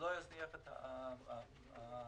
לא אזניח את המרכז